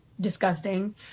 disgusting